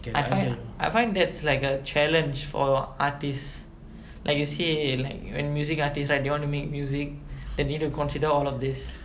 I find I find that's like a challenge for artists like you see like you when music artist right when you want to make music they need to consider all of this